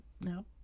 No